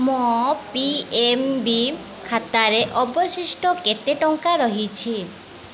ମୋ P N B ଖାତାରେ ଅବଶିଷ୍ଟ କେତେ ଟଙ୍କା ରହିଛି